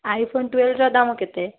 iPhone ଟୁଏଲ୍ଭ୍ର ଦାମ କେତେ